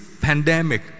pandemic